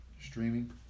Streaming